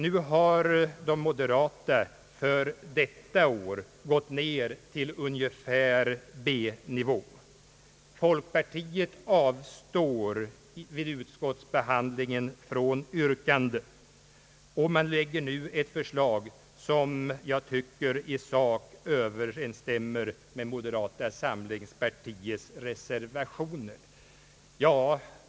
Nu har de moderata för detta år gått ner till ungefär B-nivå. Folkpartiet avstår vid utskottsbehandlingen från yrkande, men framlägger nu ett förslag som jag tycker i sak överensstämmer med moderata samlingspartiets reservationer.